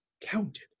counted